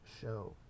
show